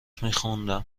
میخوندم